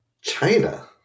China